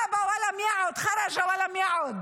(אומרת בערבית:).